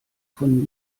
von